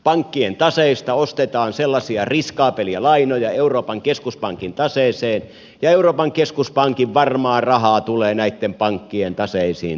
pankkien taseista ostetaan sellaisia riskaabeleita lainoja euroopan keskuspankin taseeseen ja euroopan keskuspankin varmaa rahaa tulee näitten pankkien taseisiin tilalle